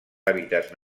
hàbitats